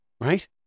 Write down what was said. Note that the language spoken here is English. right